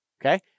Okay